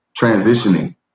transitioning